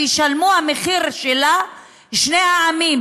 שישלמו את המחיר שלה שני העמים.